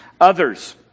others